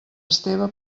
esteve